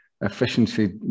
Efficiency